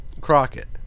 Crockett